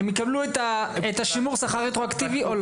הן יקבלו את השימור שכר רטרואקטיבי או לא?